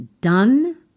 done